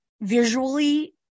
visually